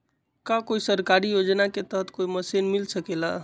का कोई सरकारी योजना के तहत कोई मशीन मिल सकेला?